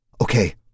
Okay